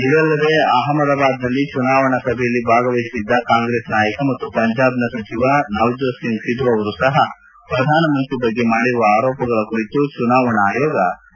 ಇದಲ್ಲದೆ ಅಹಮದಾಬಾದ್ನಲ್ಲಿ ಚುನಾವಣಾ ಸಭೆಯಲ್ಲಿ ಭಾಗವಹಿಸಿದ್ದ ಕಾಂಗ್ರೆಸ್ ನಾಯಕ ಮತ್ತು ಪಂಜಾಬ್ನ ಸಚಿವ ನವಜೋತ್ ಸಿಂಗ್ ಸಿಧು ಅವರೂ ಸಹ ಪ್ರಧಾನಮಂತ್ರಿ ಬಗ್ಗೆ ಮಾಡಿರುವ ಆರೋಪಗಳ ಕುರಿತು ಚುನಾವಣಾ ಆಯೋಗ ಶೋಕಾಸ್ ನೋಟಿಸ್ ನೀಡಿದೆ